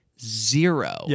zero